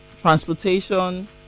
transportation